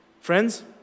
Friends